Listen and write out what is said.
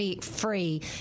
free